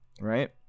right